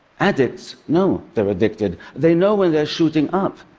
addicts know they're addicted. they know when they're shooting up.